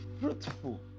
fruitful